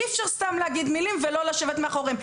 אי אפשר סתם לומר מילים ולא לעמוד מאחוריהן.